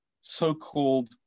so-called